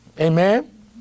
Amen